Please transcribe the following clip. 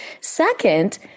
Second